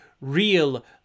real